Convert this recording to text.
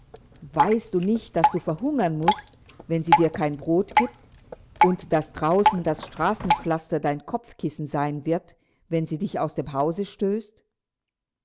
weißt du nicht daß du verhungern mußt wenn sie dir kein brot gibt und daß draußen das straßenpflaster dein kopfkissen sein wird wenn sie dich aus dem hause stößt